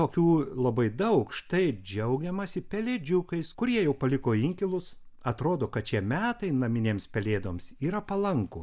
tokių labai daug štai džiaugiamasi pelėdžiukais kurie jau paliko inkilus atrodo kad šie metai naminėms pelėdoms yra palankūs